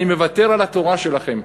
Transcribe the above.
אני מוותר על התורה שלכם,